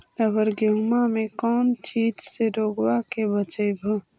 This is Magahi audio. अबर गेहुमा मे कौन चीज के से रोग्बा के बचयभो?